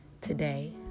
Today